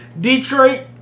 Detroit